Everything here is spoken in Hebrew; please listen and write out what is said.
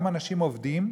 גם אנשים עובדים,